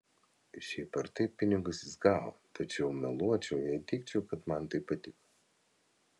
šiaip ar taip pinigus jis gavo tačiau meluočiau jei teigčiau kad man tai patiko